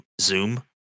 Zoom